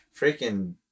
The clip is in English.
freaking